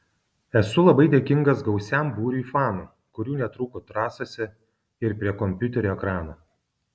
esu labai dėkingas gausiam būriui fanų kurių netrūko trasose ir prie kompiuterių ekranų